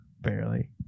Barely